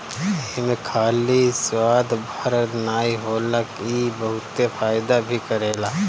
एमे खाली स्वाद भर नाइ होला इ बहुते फायदा भी करेला